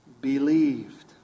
believed